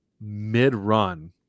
mid-run